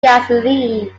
gasoline